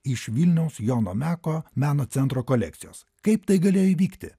iš vilniaus jono meko meno centro kolekcijos kaip tai galėjo įvykti